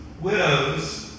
widows